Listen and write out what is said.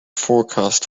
forecast